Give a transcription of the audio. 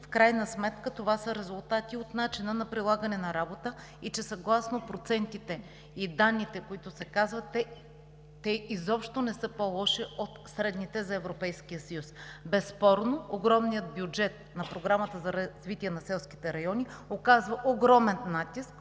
в крайна сметка, че това са резултати от начина на прилагане на работа и че съгласно процентите и данните, които се казват, те изобщо не са по-лоши от средните за Европейския съюз. Безспорно огромният бюджет на Програмата за развитие на селските райони оказва огромен натиск